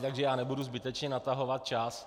Takže já nebudu zbytečně natahovat čas.